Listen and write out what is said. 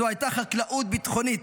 זו הייתה חקלאות ביטחונית.